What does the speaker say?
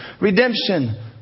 redemption